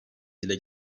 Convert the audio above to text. dile